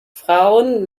frauen